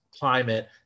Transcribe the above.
climate